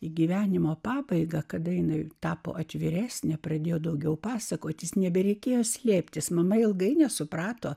į gyvenimo pabaigą kada jinai tapo atviresnė pradėjo daugiau pasakotis nebereikėjo slėptis mama ilgai nesuprato